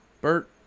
Bert